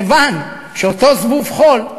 מכיוון שאותו זבוב חול,